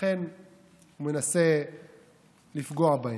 לכן הוא מנסה לפגוע בהם.